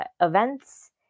events